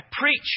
preach